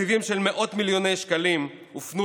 שתקציבים של מאות מיליוני שקלים הופנו